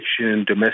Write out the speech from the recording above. domestic